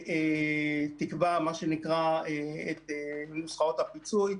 שתקבע, מה שנקרא, את נוסחאות הפיצוי,